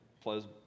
plus